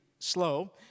slow